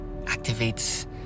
Activates